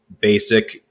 basic